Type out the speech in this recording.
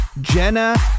Jenna